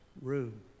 room